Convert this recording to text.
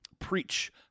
preach